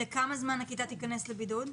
לכמה זמן הכיתה תיכנס לבידוד?